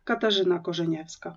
katažina kožanevska